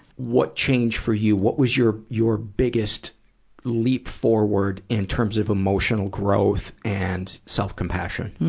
what changed for you? what was your, your biggest leap forward, in terms of emotional growth and self-compassion?